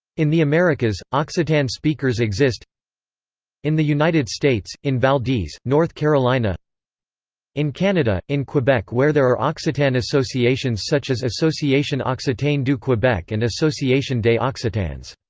in the americas, occitan speakers exist in the united states, in valdese, north carolina in canada, in quebec where there are occitan associations such as association occitane du quebec and association des occitans.